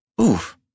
Oof